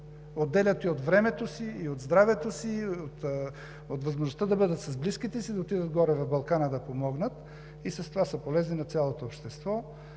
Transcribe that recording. отделят и от времето си, и от здравето си, от възможността да бъдат с близките си, да отидат горе, в Балкана, да помогнат, и с това са полезни на цялото общество.